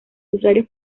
usuarios